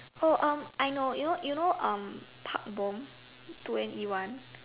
oh um I know you know you know um Park-Bom Two-N_E-one